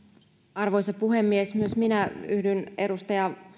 arvoisa puhemies myös minä yhdyn edustaja